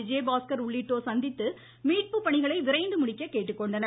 விஜயபாஸ்கர் உள்ளிட்டோர் சந்தித்து மீட்பு பணிகளை விரைந்து முடிக்க கேட்டுக்கொண்டனர்